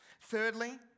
Thirdly